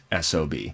SOB